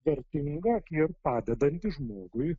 vertinga ir padedanti žmogui